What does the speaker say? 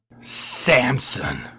Samson